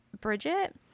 Bridget